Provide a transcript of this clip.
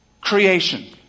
creation